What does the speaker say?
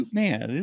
man